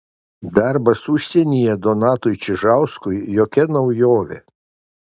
darbas užsienyje donatui čižauskui jokia naujovė